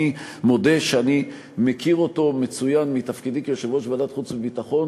אני מודה שאני מכיר אותו מצוין מתפקידי כיושב-ראש ועדת חוץ וביטחון